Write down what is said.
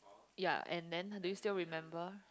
ya and then do you still remember